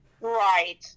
Right